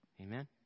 Amen